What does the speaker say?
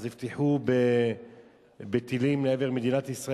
יפתחו בטילים לעבר מדינת ישראל.